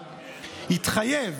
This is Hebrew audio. התחייב,